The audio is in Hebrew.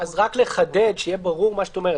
רק לחדד, שיהיה ברור מה את אומרת.